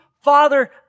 Father